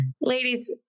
Ladies